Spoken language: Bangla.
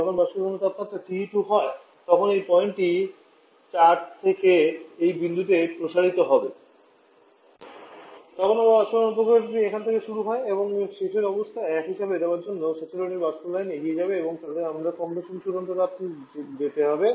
যখন বাষ্পীভবনের তাপমাত্রা TE2 হয় তখন এই পয়েন্ট 4 থেকে এই বিন্দুতে প্রসারিত হবে তখন আপনার বাষ্পীভবন প্রক্রিয়াটি এখান থেকে শুরু হবে এবং শেষের অবস্থা 1 হিসাবে দেওয়ার জন্য স্যাচুরেটেড বাষ্প লাইনে এগিয়ে যাবে এবং তারপরে আমরা কম্প্রেশন চূড়ান্ত চাপ যেতে হবে